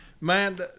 Man